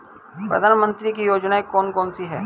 प्रधानमंत्री की योजनाएं कौन कौन सी हैं?